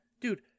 dude